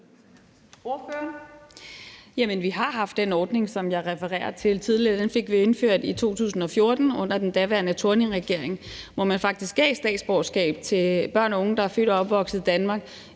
(RV): Jamen vi har haft den ordning, som jeg refererede til tidligere. Den fik vi indført i 2014 under den daværende Thorning-Schmidt-regering, hvor man faktisk gav statsborgerskab til børn og unge, der var født og opvokset i Danmark,